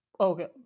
Okay